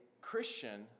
Christian